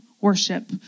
worship